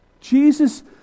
Jesus